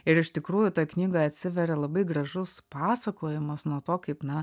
ir iš tikrųjų toj knygoj atsiveria labai gražus pasakojimas nuo to kaip na